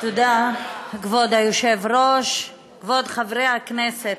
כבוד היושב-ראש, תודה, כבוד חברי הכנסת,